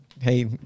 Hey